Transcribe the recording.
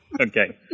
Okay